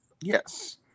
yes